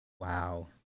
Wow